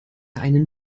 einen